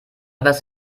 etwas